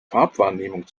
farbwahrnehmung